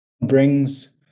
brings